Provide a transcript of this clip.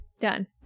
Done